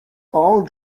all